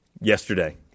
Yesterday